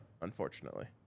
Unfortunately